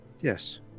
Yes